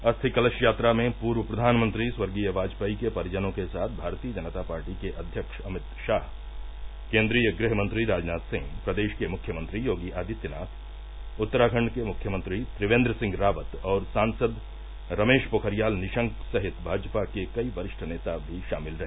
अस्थि कलश यात्रा में पूर्व प्रधानमंत्री स्वर्गीय वाजपेयी के परिजनों के साथ भारतीय जनता पार्टी के अध्यक्ष अमित शाह केन्द्रीय गृहमंत्री राजनाथ सिंह प्रदेश के मुख्यमंत्री योगी आदित्य नाथ उत्तराखंड के मुख्यमंत्री त्रिवेन्द्र सिंह रावत और सांसद रमेश पोखरियाल निशंक सहित भाजपा के कई वरिष्ठ नेता शामिल रहे